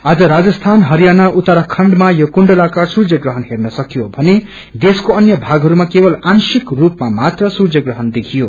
आज राजसीन हरियाणा उत्तराखण्डमा यो कुण्डलावकार सूर्य ग्रहण हेन सकियो थने देशको अन्य भागहरूमा केवल आशिक रूपमा मात्र सूर्यप्रहण देखियो